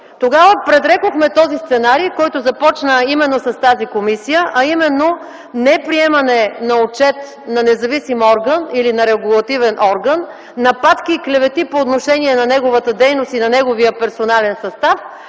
Тогава предрекохме този сценарий, който започна именно с тази комисия – неприемане на отчет на независим орган или на регулативен орган, нападки и клевети по отношение на неговата дейност и неговия персонален състав.